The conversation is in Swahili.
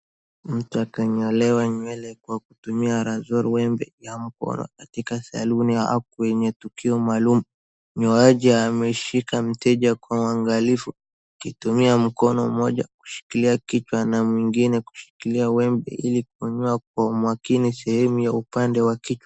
Mtu akanyolewa nywele kwa kutumia razor wembe ya mkono katika saloon ya huku kwenye tukio maalum. Mnyooaji amemshika mteja kwa uangalifu, akitumia mkono mmoja kushikilia kichwa na mwingine kushikilia wembe ili kunyoa kwa umakini sehemu ya upande wa kichwa.